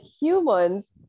humans